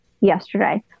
yesterday